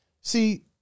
See